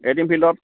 এই টিম ফিল্ডত